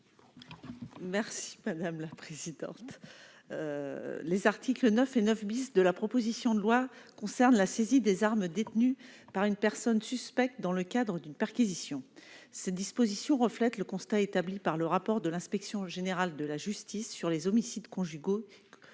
Merci madame la présidente, les articles 9 et 9 bis de la proposition de loi concerne la saisie des armes détenues par une personne suspecte dans le cadre d'une perquisition, cette disposition reflète le constat établi par le rapport de l'Inspection générale de la justice sur les homicides conjugaux,